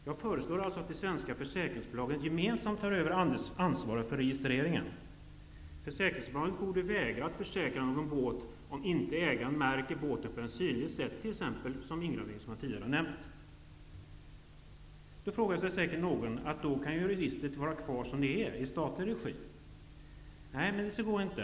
Jag föreslår alltså att de svenska försäkringsbolagen gemensamt tar över ansvaret för registreringen. Försäkringsbolagen borde vägra att försäkra någon båt om inte ägaren märker båten på ett synligt sätt, t.ex. med en sådan ingravering som jag tidigare har nämnt. Då frågar sig säkert någon varför registret inte kan vara kvar som det är, i statlig regi. Nej, det går inte.